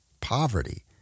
poverty